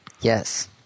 Yes